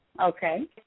Okay